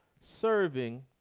serving